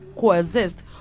coexist